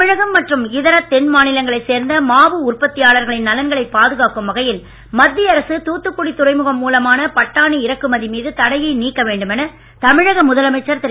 தமிழகம் மற்றும் இதர தென் மாநிலங்களைச் சேர்ந்த மாவு உற்பத்தியாளர்களின் நலன்களைப் பாதுகாக்கும் வகையில் மத்திய அரசு தாத்துக்குடி துறைமுகம் மூலமான பட்டாணி இறக்குமதி மீது தடையை நீக்க வேண்டுமென தமிழக முதலமைச்சர் திரு